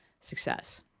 success